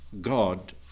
God